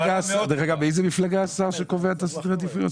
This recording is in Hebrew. מאיזו מפלגה השר שקובע את סדר העדיפויות?